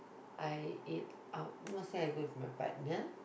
I eat out not say I go with my partner